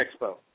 Expo